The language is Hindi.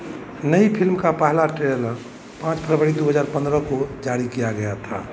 नई फिल्म का पहला ट्रेलर पाँच फरवरी दो हज़ार पंद्रह को जारी किया गया था